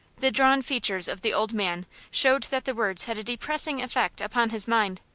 the drawn features of the old man showed that the words had a depressing effect upon his mind,